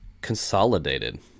consolidated